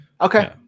okay